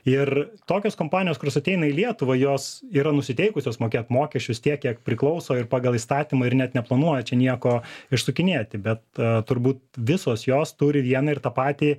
ir tokios kompanijos kurios ateina į lietuvą jos yra nusiteikusios mokėt mokesčius tiek kiek priklauso ir pagal įstatymą ir net neplanuoja čia nieko išsukinėti bet turbūt visos jos turi vieną ir tą patį